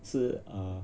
是啊